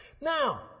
Now